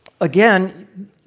again